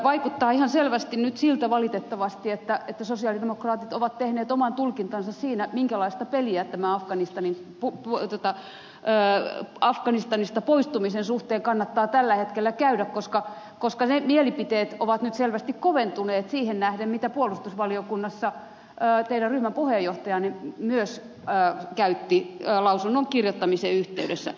vaikuttaa ihan selvästi nyt siltä valitettavasti että sosialidemokraatit ovat tehneet oman tulkintansa siinä minkälaista peliä tämän afganistanista poistumisen suhteen kannattaa tällä hetkellä käydä koska mielipiteet ovat nyt selvästi koventuneet siihen nähden mitä puolustusvaliokunnassa teidän ryhmäpuheenjohtajanne myös käytti lausunnon kirjoittamisen yhteydessä